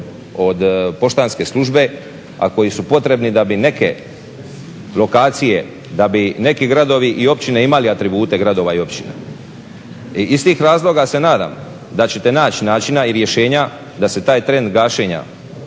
od poštanske službe a koji su potrebni da bi neke lokacije, da bi neki gradovi i općine imali atribute gradova i općina. Iz tih razloga se nadam da ćete naći načina i rješenja da se taj trend gašenja